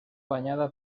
banyada